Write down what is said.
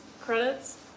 credits